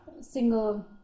single